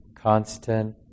constant